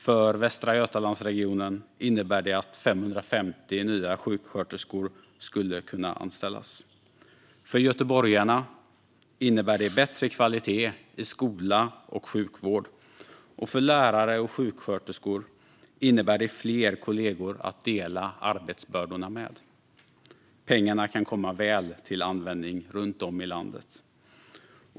För Västra Götalandsregionen innebär det att 550 nya sjuksköterskor skulle kunna anställas. För göteborgarna innebär det bättre kvalitet i skola och sjukvård, och för lärare och sjuksköterskor innebär det fler kollegor att dela arbetsbördorna med. Pengarna kan komma väl till användning runt om i landet.